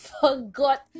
forgot